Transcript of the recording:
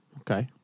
Okay